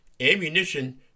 ammunition